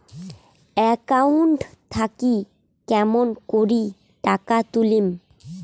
Account থাকি কেমন করি টাকা তুলিম?